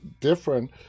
different